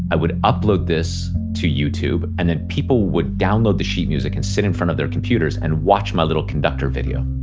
i would upload this to youtube, and then people would download the sheet music and sit in front of their computers, and watch my little conductor video.